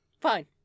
Fine